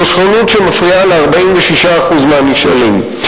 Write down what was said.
זאת שכנות שמפריעה ל-46% מהנשאלים.